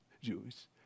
Jews